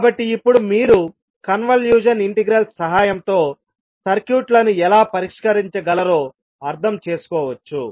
కాబట్టి ఇప్పుడు మీరు కన్వల్యూషన్ ఇంటిగ్రల్ సహాయంతో సర్క్యూట్లను ఎలా పరిష్కరించగలరో అర్థం చేసుకోవచ్చు